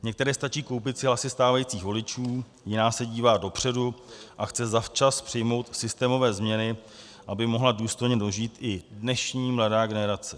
Některé stačí koupit si hlasy stávajících voličů, jiná se dívá dopředu a chce zavčas přijmout systémové změny, aby mohla důstojně dožít i dnešní mladá generace.